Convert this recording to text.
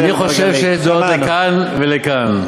אני חושב שיש יתרונות לכאן ולכאן.